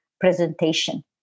presentation